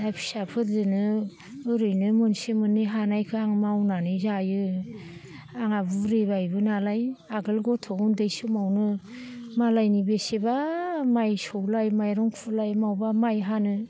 दा फिसाफोरजोनो ओरैनो मोनसे मोननै हानायखो आं मावनानै जायो आंहा बुरिबायबोनालाय आगोल गथ' उन्दै समावनो मालायनि बेसेबा माइ सौलाय माइरं फुलाय मबावबा माइ हानो